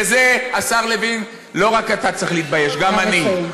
בזה, השר לוין, לא רק אתה צריך להתבייש, גם אני.